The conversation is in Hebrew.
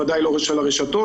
ודאי לא של הרשתות,